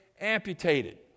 amputated